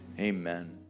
Amen